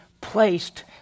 placed